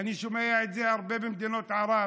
אני שומע את זה הרבה במדינות ערב: